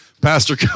Pastor